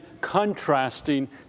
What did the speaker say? contrasting